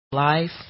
Life